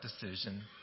decision